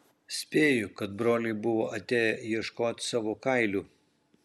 spėju kad broliai buvo atėję ieškot savo kailių